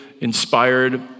inspired